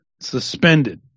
suspended